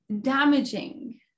damaging